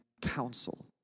counsel